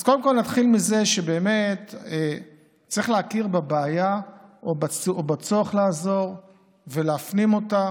אז קודם כול נתחיל מזה שצריך להכיר בבעיה או בצורך לעזור ולהפנים אותה,